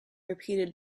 repeated